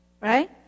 Right